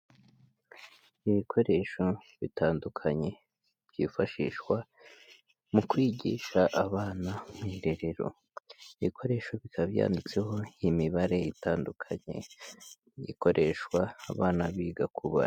Ibikoresho bitandukanye byifashishwa mu kwigisha abana mu irerero, ibi bikoresho bikaba byanditseho imibare itandukanye ikoreshwa abana biga kubara.